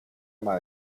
ama